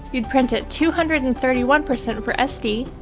you'd print at two hundred and thirty one percent for sd,